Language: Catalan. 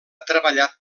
treballat